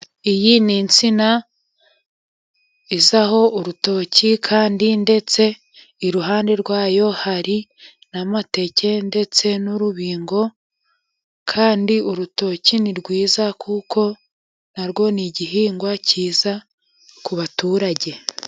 Iyi ni insina izaho urutoki kandi ndetse, iruhande rwayo hari n'amateke ndetse n'urubingo, kandi urutoki ni rwiza kuko na rwo ni igihingwa cyiza ku baturage.